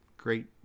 great